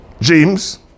James